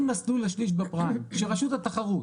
אם מסלול השליש בפריים שרשות התחרות